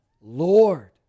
Lord